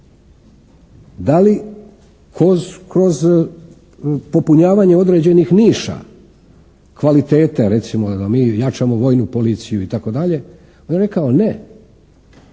Da li kroz popunjavanjem određenih niša kvalitete recimo, da mi jačamo vojnu policiju itd. On mi je rekao ne,